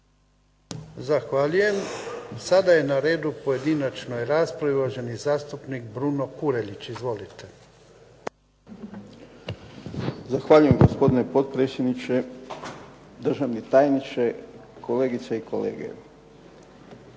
Zahvaljujem. Sada je na redu u pojedinačnoj raspravi uvaženi zastupnik Bruno Kurelić. Izvolite. **Kurelić, Bruno (SDP)** Zahvaljujem, gospodine potpredsjedniče. Državni tajniče, kolegice i kolege.